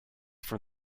from